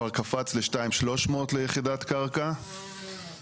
-- של התחלות בנייה ושווקים של רמ״י.